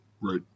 Right